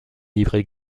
livrée